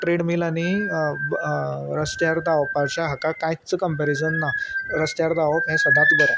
ट्रेडमीलांनी रस्त्यार धांवपाच्या हाका कांयच कंपेरिजन ना रस्त्यार धांवप हें सदांच बरें